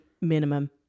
Minimum